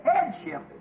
headship